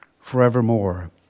forevermore